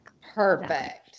Perfect